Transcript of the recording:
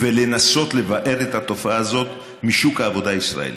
ולנסות לבער את התופעה הזאת משוק העבודה הישראלי.